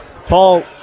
Paul